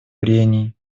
прений